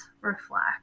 reflect